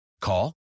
Call